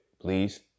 please